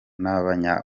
oman